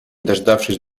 дождавшись